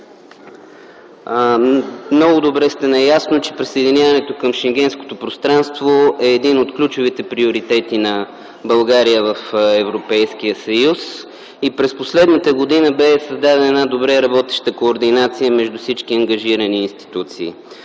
много добре сте наясно, че присъединяването към Шенгенското пространство е един от ключовите приоритети на България в Европейския съюз и през последната година бе създадена една добре работеща координация между всички ангажирани институции.